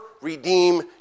redeem